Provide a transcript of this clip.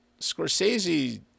Scorsese